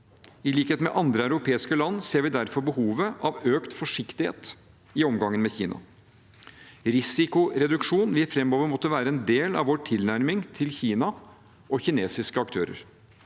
I likhet med andre europeiske land ser vi derfor behovet for økt forsiktighet i omgangen med Kina. Risikoreduksjon vil framover måtte være en del av vår tilnærming til Kina og kinesiske aktører.